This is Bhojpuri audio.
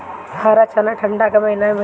हरा चना ठंडा के महिना में मिलेला